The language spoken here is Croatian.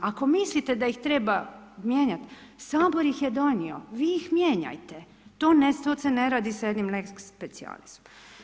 Ako mislite da ih treba mijenjati Sabor ih je donio, vi ih mijenjajte, to se ne radi sa jednim lex specialisom.